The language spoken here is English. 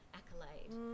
accolade